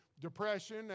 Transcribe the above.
depression